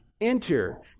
enter